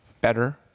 better